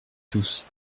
tous